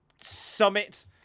summit